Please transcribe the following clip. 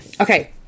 Okay